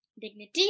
Dignity